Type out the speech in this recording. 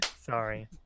Sorry